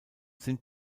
sind